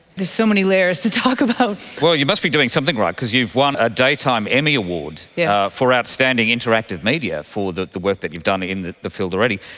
so many layers to talk about. well, you must be doing something right because you've won a daytime emmy award yeah for outstanding interactive media for the the work that you've done in the the field already.